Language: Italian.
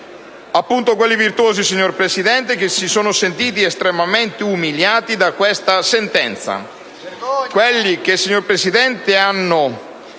Appunto, quelli virtuosi, signor Presidente, che si sono sentiti estremamente umiliati da questa sentenza: quelli che stanno predisponendo